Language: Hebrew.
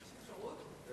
יש אפשרות?